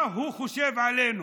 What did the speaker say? מה הוא חושב עלינו?